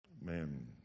man